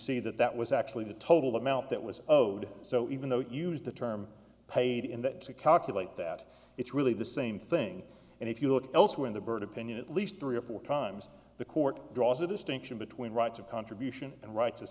see that that was actually the total amount that was owed so even though you used the term paid in that to calculate that it's really the same thing and if you look elsewhere in the bird opinion at least three or four times the court draws a distinction between rights of contribution and rights as